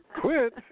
Quit